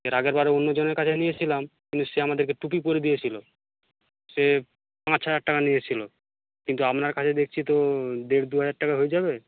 এর আগেরবারে অন্য জনের কাছে নিয়েছিলাম কিন্তু সে আমাদেরকে টুপি পরিয়ে দিয়েছিল সে পাঁচ হাজার টাকা নিয়েছিল কিন্তু আপনার কাছে দেখছি তো দেড় দু হাজার টাকায় হয়ে যাবে